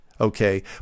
okay